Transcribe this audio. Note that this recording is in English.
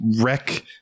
wreck